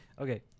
Okay